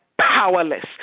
powerless